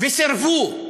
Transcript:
וסירבו.